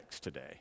today